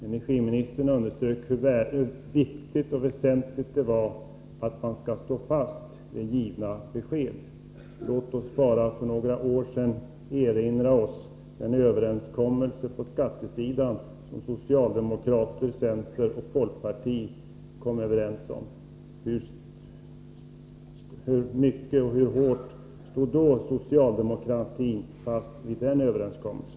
Energiministern underströk hur viktigt och väsentligt det var att stå fast vid givna besked. Låt oss då erinra oss en överenskommelse på skattesidan för bara några år sedan som socialdemokraterna, centern och folkpartiet ingick. Hur hårt stod socialdemokratin fast vid den överenskommelsen?